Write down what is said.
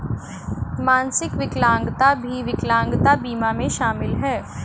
मानसिक विकलांगता भी विकलांगता बीमा में शामिल हैं